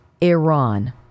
Iran